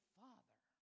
father